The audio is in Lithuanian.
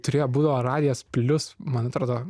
turėjo buvo radijas plius man atrodo